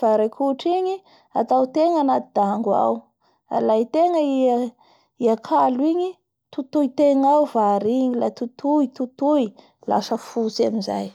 fanotoa da atao anty dango ao ny rah hototoa daazoboky i akalo igny da totoy ao!